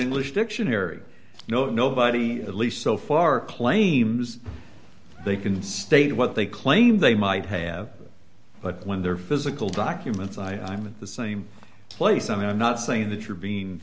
english dictionary you know nobody at least so far claims they can state what they claim they might have but when they're physical documents i am in the same place and i'm not saying that you're being